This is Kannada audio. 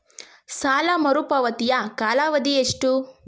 ಸಾಲ ಮರುಪಾವತಿಯ ಕಾಲಾವಧಿ ಎಷ್ಟು?